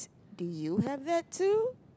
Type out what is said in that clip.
do you have that too